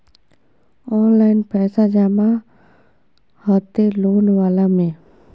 Online पैसा जमा हते लोन वाला में?